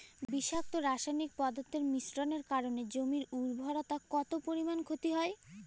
বিষাক্ত রাসায়নিক পদার্থের মিশ্রণের কারণে জমির উর্বরতা কত পরিমাণ ক্ষতি হয়?